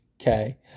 Okay